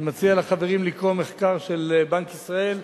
אני מציע לחברים לקרוא מחקר של בנק ישראל,